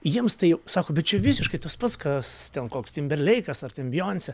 jiems tai sako bet čia visiškai tas pats kas ten koks timberleikas ar ten bijonsė